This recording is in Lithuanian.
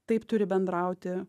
taip turi bendrauti